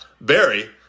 Barry